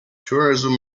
tourism